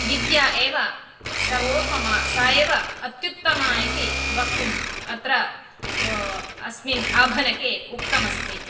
विद्या एव सर्वोपमा सा एव अत्युत्तमा इति वक्तुम् अत्र अस्मिन् आभणके उक्तमस्ति